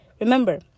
Remember